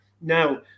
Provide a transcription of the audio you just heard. now